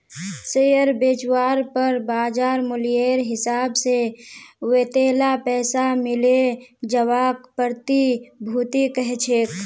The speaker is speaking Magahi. शेयर बेचवार पर बाज़ार मूल्येर हिसाब से वतेला पैसा मिले जवाक प्रतिभूति कह छेक